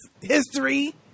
history